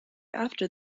after